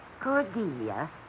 Cordelia